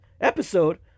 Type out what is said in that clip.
episode